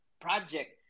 project